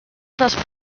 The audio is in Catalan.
dels